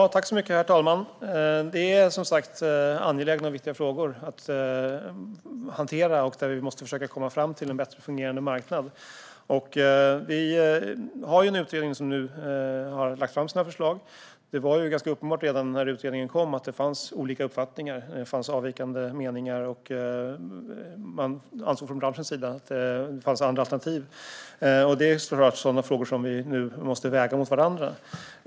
Herr talman! Det är som sagt angelägna frågor att hantera. Vi måste försöka komma fram till en bättre fungerande marknad. Vi har en utredning som nu har lagt fram sina förslag. Det var ganska uppenbart redan när utredningen kom att det fanns avvikande meningar från branschens sida. Man ansåg från branschens sida att det finns andra alternativ. Det är såklart sådana frågor som vi nu måste väga mot varandra.